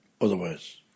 Otherwise